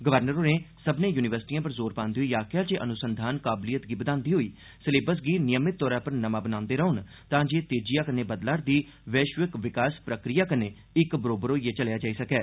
governor होरें सब्बने यूनिवर्सिटियें पर ज़ोर पांदे होई आक्खेया जे अनुसंधान काबलियत गी बद्दांदे होई सलैबस गी नियमित तौरा पर नमां बनांदे रौहन तां जे तेज़िया कन्नै बदलारदी वैश्विक विकास प्रक्रिया कन्नै इक्क बरोबर होइयै चलेया जाई सकै